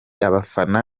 abafana